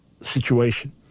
situation